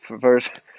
first